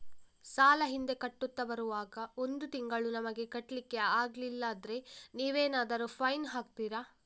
ಸಾಲ ಹಿಂದೆ ಕಟ್ಟುತ್ತಾ ಬರುವಾಗ ಒಂದು ತಿಂಗಳು ನಮಗೆ ಕಟ್ಲಿಕ್ಕೆ ಅಗ್ಲಿಲ್ಲಾದ್ರೆ ನೀವೇನಾದರೂ ಫೈನ್ ಹಾಕ್ತೀರಾ?